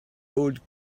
old